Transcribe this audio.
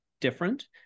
different